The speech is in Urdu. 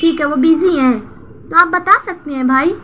ٹھیک ہے وہ بیزی ہیں تو آپ بتا سکتے ہیں بھائی